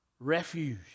Refuge